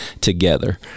together